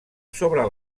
sobre